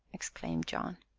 exclaimed john.